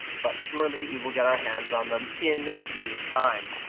but surely, we will get our hands on them in due time.